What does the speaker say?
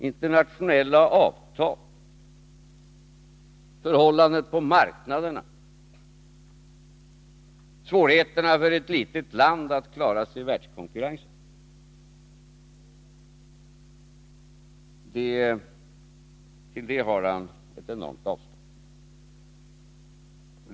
Internationella avtal, förhållandet på marknaderna, svårigheterna för ett litet land att klara sig i världkonkurrensentill detta har han ett enormt avstånd.